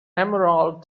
emerald